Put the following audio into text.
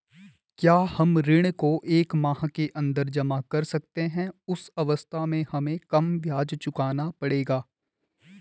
क्या हम ऋण को एक माह के अन्दर जमा कर सकते हैं उस अवस्था में हमें कम ब्याज चुकाना पड़ेगा?